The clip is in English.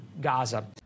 Gaza